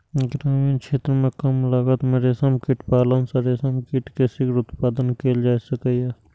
ग्रामीण क्षेत्र मे कम लागत मे रेशम कीट पालन सं रेशम कीट के शीघ्र उत्पादन कैल जा सकैए